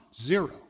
Zero